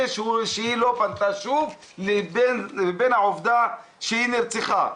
שהיא לא פנתה שוב לבין העובדה שהיא נרצחה.